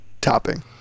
topping